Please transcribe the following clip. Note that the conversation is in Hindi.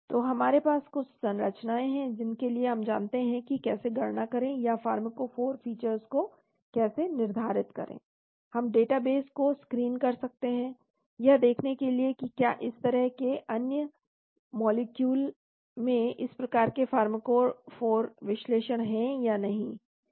तो हमारे पास कुछ संरचनाएं हैं जिनके लिए हम जानते हैं कि कैसे गणना करें या फार्माकोफोर फीचर्स को कैसे निर्धारित करें हम डेटाबेस को स्क्रीन कर सकते हैं यह देखने के लिए कि क्या इस तरह के अन्य मॉलिक्यूल मैं इस प्रकार के फार्माकोफोर विशेषताएं हैं या नहीं